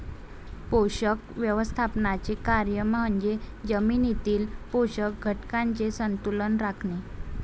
पोषक व्यवस्थापनाचे कार्य म्हणजे जमिनीतील पोषक घटकांचे संतुलन राखणे